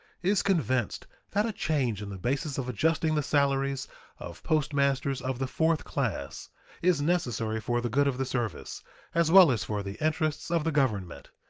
is convinced that a change in the basis of adjusting the salaries of postmasters of the fourth class is necessary for the good of the service as well as for the interests of the government,